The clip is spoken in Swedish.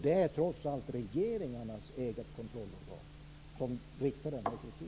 Det är trots allt regeringarnas eget kontrollorgan som framför den här kritiken.